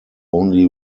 only